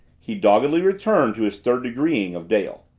he doggedly returned to his third-degreeing of dale.